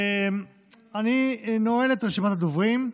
אני נועל את רשימת הדוברים.